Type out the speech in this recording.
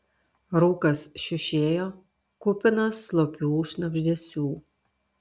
rūkas šiušėjo kupinas slopių šnabždesių